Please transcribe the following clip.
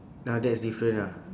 ah that's different ah